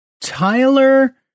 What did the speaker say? Tyler